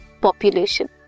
population